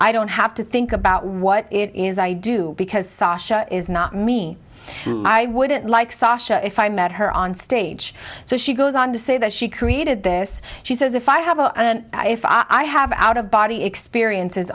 i don't have to think about what it is i do because sasha is not me i wouldn't like saussure if i met her on stage so she goes on to say that she created this she says if i have a if i have out of body experience